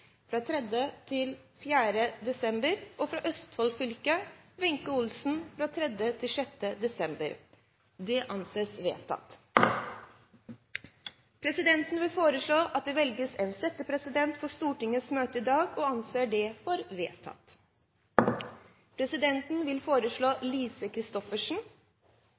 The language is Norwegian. Østfold fylke: Wenche Olsen 3.–6. desember Presidenten vil foreslå at det velges en settepresident for Stortingets møte i dag – og anser det som vedtatt. Presidenten vil foreslå Lise Christoffersen.